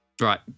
Right